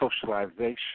socialization